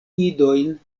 idojn